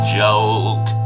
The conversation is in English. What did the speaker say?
joke